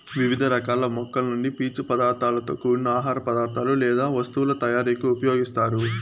వివిధ రకాల మొక్కల నుండి పీచు పదార్థాలతో కూడిన ఆహార పదార్థాలు లేదా వస్తువుల తయారీకు ఉపయోగిస్తారు